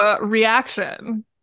reaction